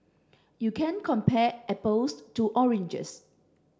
you can't compare apples to oranges